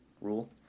rule